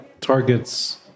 targets